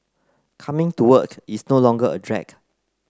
coming to work is no longer a drag